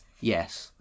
Yes